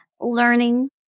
learning